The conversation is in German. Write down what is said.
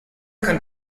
kann